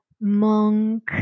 monk